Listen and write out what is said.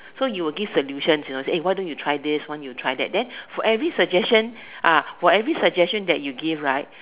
so you will give solutions you know say why don't you do this why you don't you try that then for every suggestion for every suggestion that you give right